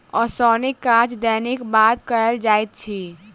ओसौनीक काज दौनीक बाद कयल जाइत अछि